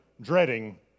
dreading